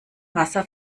wasser